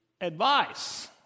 advice